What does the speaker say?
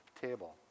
table